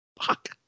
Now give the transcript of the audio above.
Fuck